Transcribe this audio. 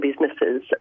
businesses